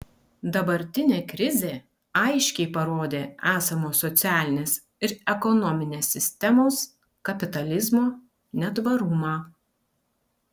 dabartinė krizė aiškiai parodė esamos socialinės ir ekonominės sistemos kapitalizmo netvarumą